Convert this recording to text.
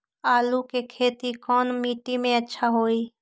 आलु के खेती कौन मिट्टी में अच्छा होइ?